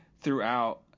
throughout